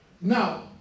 Now